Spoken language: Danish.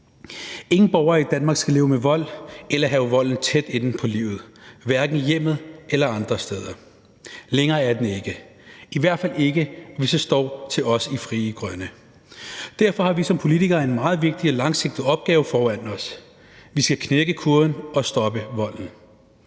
Ingen borgere i Danmark skal leve med vold eller have volden tæt inde på livet, hverken i hjemmet eller andre steder – længere er den ikke, i hvert fald ikke hvis det står til os i Frie Grønne. Derfor har vi som politikere en meget vigtig og langsigtet opgave foran os. Vi skal knække kurven og stoppe volden.